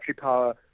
power